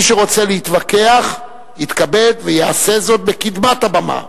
מי שרוצה להתווכח, יתכבד ויעשה זאת בקדמת הבמה,